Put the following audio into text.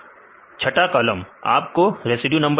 विद्यार्थी छठा कालम छठी कॉलम आपको रेसिड्यू नंबर देगा